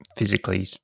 Physically